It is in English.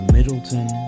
Middleton